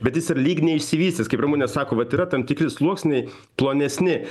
bet jis ir lyg neišsivystystęs kaip ramunė sako vat yra tam tikri sluoksniai plonesni